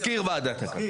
מזכיר ועדת קלפי.